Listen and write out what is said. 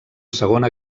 segona